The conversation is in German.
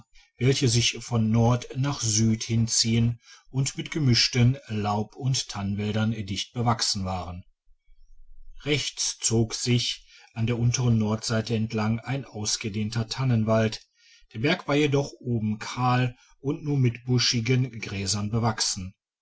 welche sich von n nach s hinziehen und mit gemischten laub und tannenwäldern dicht bewachsen waren rechts zog sich aussicht nach westen vom pattakwan an der unteren nordseite entlang ein ausgedehnter tannenwald der berg war jedoch oben kahl und nur mit buschigen gräsern bewachsen